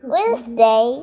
Wednesday